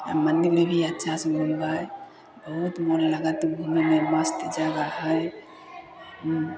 मन्दिर भी अच्छा सऽ घूमबै बहुत मोन लागत घूमयमे मस्त जगह हइ